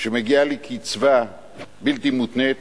שמגיעה לי קצבה בלתי מותנית